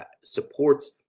supports